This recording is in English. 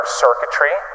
circuitry